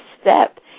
step